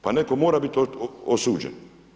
Pa netko mora biti osuđen.